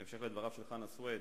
בהמשך לדבריו של חנא סוייד.